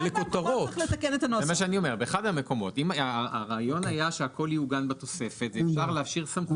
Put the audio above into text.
אם רוצים שהתקנות או חלקן יובאו לאישור